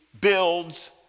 builds